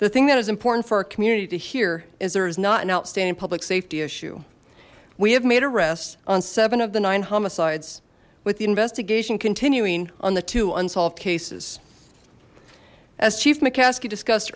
the thing that is important for our community to hear is there is not an outstanding public safety issue we have made arrests on seven of the nine homicides with the investigation continuing on the two unsolved cases as chief mccaskey discussed